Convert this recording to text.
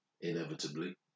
inevitably